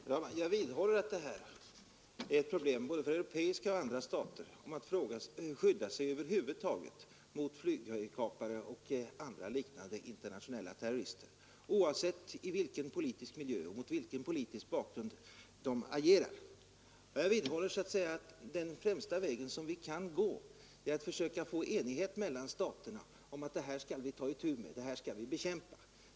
Herr talman! Jag vidhåller att det här är ett problem för både europeiska och andra stater om att skydda sig över huvud taget mot flygkapare och liknande internationella terrorister, oavsett i vilken politisk miljö och mot vilken politisk bakgrund de agerar. Jag vidhåller att den främsta vägen som vi kan gå är att försöka nå enighet mellan staterna om att det här skall vi ta itu med, det här skall vi bekämpa.